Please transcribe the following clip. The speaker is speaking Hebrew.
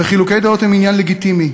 וחילוקי דעות הם עניין לגיטימי,